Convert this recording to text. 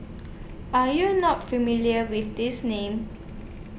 Are YOU not familiar with These Names